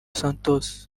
santos